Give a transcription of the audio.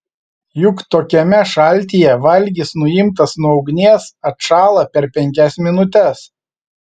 juk tokiame šaltyje valgis nuimtas nuo ugnies atšąla per penkias minutes